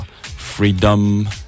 freedom